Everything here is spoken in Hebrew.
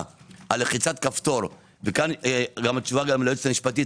על לחיצת כפתור וכאן תשובה ליועצת המשפטית,